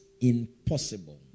impossible